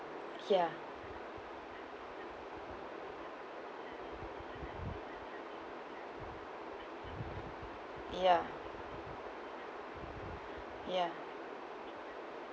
ya ya ya